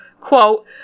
Quote